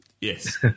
Yes